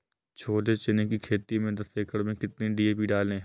छोले चने की खेती में दस एकड़ में कितनी डी.पी डालें?